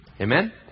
Amen